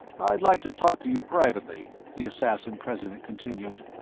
i'd like to talk to you privately, the assassin-president continued.